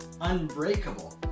unbreakable